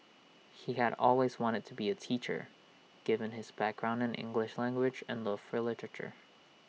he had always wanted to be A teacher given his background in English language and love for literature